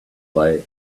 they